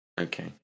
Okay